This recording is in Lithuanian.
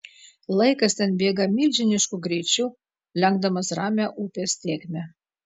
laikas ten bėga milžinišku greičiu lenkdamas ramią upės tėkmę